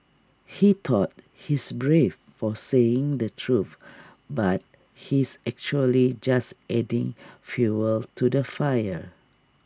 he thought he's brave for saying the truth but he's actually just adding fuel to the fire